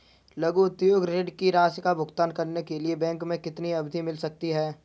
लघु उद्योग ऋण की राशि का भुगतान करने के लिए बैंक से कितनी अवधि मिल सकती है?